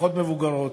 פחות מבוגרות,